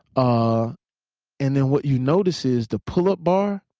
ah and then what you notice is the pull-up bar,